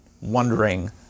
wondering